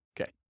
Okay